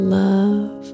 love